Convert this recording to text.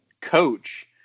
coach